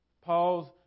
Paul's